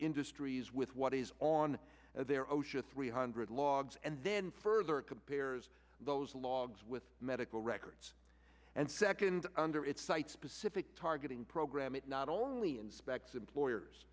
industries with what is on their osha three hundred logs and then further compares those logs with medical records and second under its site specific targeting program it not only inspects employers